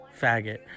faggot